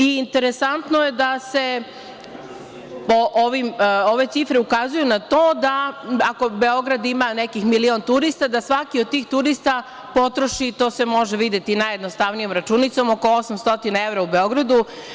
Interesantno je da ove cifre ukazuju na to da ako Beograd ima nekih milion turista, da svaki od tih turista potroši, to se može videti najjednostavnijom računicom, oko 800 evra u Beogradu.